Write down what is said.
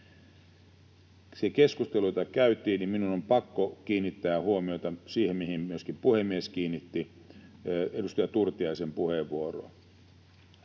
keskustelussa, jota käytiin, minun on pakko kiinnittää huomiota siihen, mihin myöskin puhemies kiinnitti: edustaja Turtiaisen puheenvuoroon.